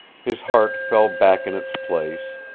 his heart fell back in its place,